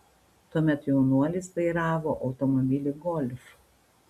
tuomet jaunuolis vairavo automobilį golf